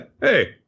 hey